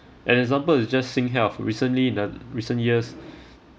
an example is just SingHealth recently the recent years